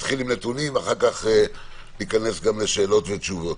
נתחיל בנתונים, ואז ניכנס לשאלות ותשובות.